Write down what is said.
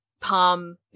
palm